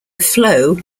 flow